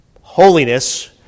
holiness